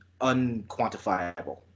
unquantifiable